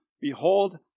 Behold